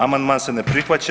Amandman se ne prihvaća.